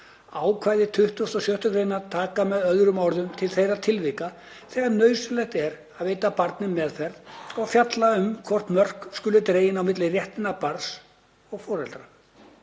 Ákvæði 26. gr. taka með öðrum orðum til þeirra tilvika þegar nauðsynlegt er að veita barni meðferð og fjalla um hvar mörk skuli dregin á milli réttinda barns og foreldra.